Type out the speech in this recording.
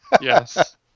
Yes